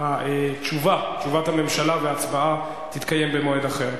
תשובת הממשלה וההצבעה יתקיימו במועד אחר.